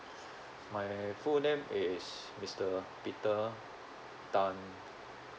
my full name is mister peter tan